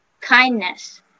kindness